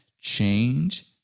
change